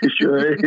sure